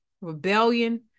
rebellion